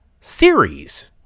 series